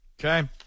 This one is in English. Okay